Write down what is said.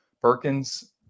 Perkins